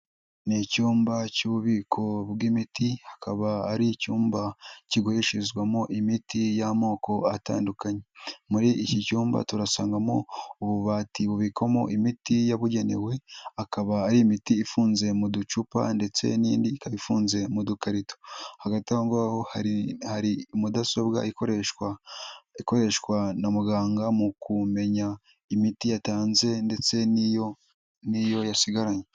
Ni icyumba cy'ububiko bw'imiti hakaba ari icyumba kigurishirizwamo imiti y'amoko atandukanye. Muri iki cyumba turasangamo ububati bubikwamo imiti yabugenewe, akaba ari imiti ifunze mu ducupa, ndetse n'indi ikaba ifunze mu dukarito, hagati aho ngaho hari mudasobwa ikoreshwa, ikoreshwa na muganga mu kumenya imiti yatanze ndetse n'iyo yasigaranye.